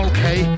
Okay